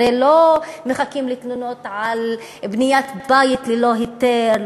הרי לא מחכים לתלונות על בניית בית ללא היתר,